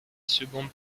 seconde